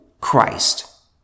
Christ